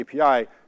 API